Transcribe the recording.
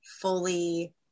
fully